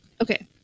okay